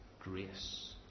grace